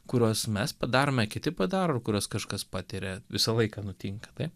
kuriuos mes padarome kiti padaro kuriuos kažkas patiria visą laiką nutinka taip